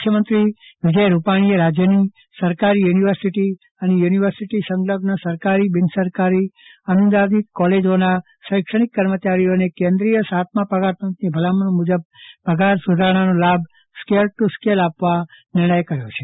મુખ્યમંત્રી શ્રી વિજયભાઇ રૂપાણીએ રાજ્યની સરકારી યુનિવર્સિટી અને યુનિવર્સિટી સંલગ્ન સરકારી બિનસરકારી અનુદાનિત કોલેજોના શૈક્ષણિક કર્મચારીઓને કેન્દ્રીય સાતેમા પગાર પંચની ભલામણ મુજબ પગાર સુધારણાનો લાભ સ્કેલ ટુ સ્કેલ આપવાનો નિર્ણય કર્યો છે